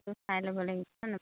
চাই ল'ব লাগিছে নহ্